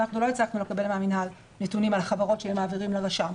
אנחנו לא הצלחנו לקבל מהמינהל נתונים על החברות שהם מעבירים לרשם.